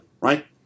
right